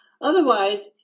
Otherwise